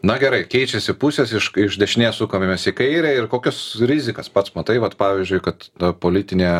na gerai keičiasi pusės iš kai dešinės sukame mes į kairę ir kokias rizikas pats matai vat pavyzdžiui kad politinė